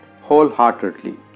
wholeheartedly